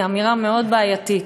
היא אמירה מאוד בעייתית,